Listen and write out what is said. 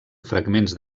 fragments